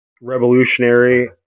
revolutionary